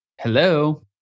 Hello